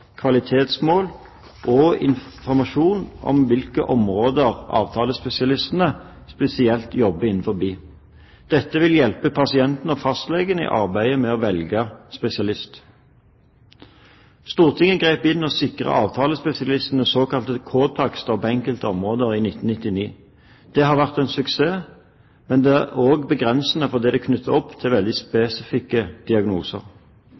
kvalitetsmål og informasjon om hvilke områder avtalespesialistene spesielt jobber innenfor. Dette vil hjelpe pasienten og fastlegen i arbeidet med å velge spesialist. Stortinget grep inn og sikret avtalespesialistene såkalte K-takster på enkelte områder i 1999. Det har vært en suksess, men det er også begrensende fordi de er knyttet opp til spesifikke diagnoser.